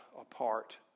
apart